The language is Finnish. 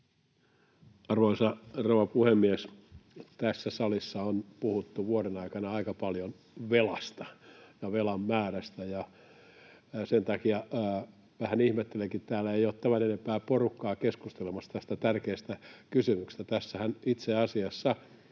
rouva puhemies! Tässä salissa on puhuttu vuoden aikana aika paljon velasta ja velan määrästä. Sen takia vähän ihmettelenkin, että täällä ei ole tämän enempää porukkaa keskustelemassa tästä tärkeästä kysymyksestä. Tässähän itse asiassa